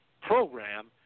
program